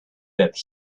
that